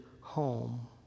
home